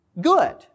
good